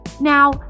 Now